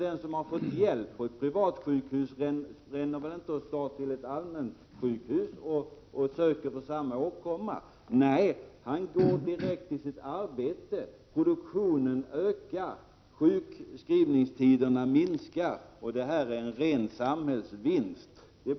Den som har fått hjälp på ett privatsjukhus ränner väl inte iväg till ett allmänsjukhus och söker för samma åkomma? Nej, han går direkt till sitt arbete, så att produktionen ökar och sjukskrivningstiderna minskar. Det är en ren samhällsvinst.